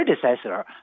predecessor